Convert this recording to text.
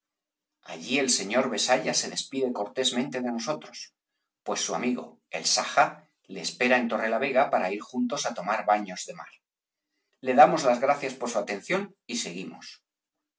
allí el señor besaya se despide cortéstemente de nosotros pues su amigo el saja le espera en torrelavega para ir juntos á tomar baños de mar le damos las gracias por su atención y seguimos